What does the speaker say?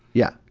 yeah.